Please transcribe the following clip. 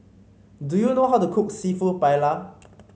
do you know how to cook seafood Paella